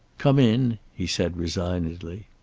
come in, he said resignedly.